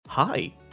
Hi